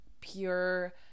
pure